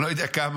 אני לא יודע כמה,